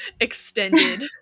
extended